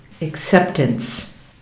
acceptance